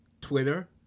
Twitter